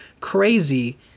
crazy